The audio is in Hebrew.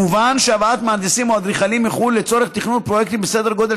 מובן שהבאת מהנדסים או אדריכלים מחו"ל לצורך תכנון פרויקטים בסדר גודל